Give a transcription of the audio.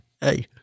Hey